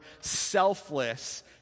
selfless